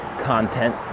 content